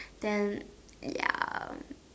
then ya